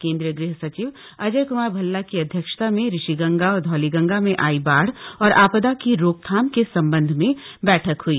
केंद्रीय गृह सचिव अजय कमार भल्ला की अध्यक्षता में ऋषिगंगा और धौलीगंगा में आयी बाढ़ और आपदा की रोकथाम के सम्बन्ध में बैठक हई